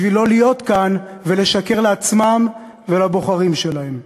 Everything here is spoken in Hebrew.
בשביל לא להיות כאן ולשקר לעצמם ולבוחרים שלהם.